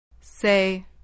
Say